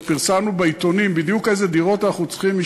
ופרסמנו בעיתונים בדיוק איזה דירות אנחנו צריכים,